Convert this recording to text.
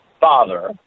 father